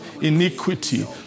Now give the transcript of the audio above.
Iniquity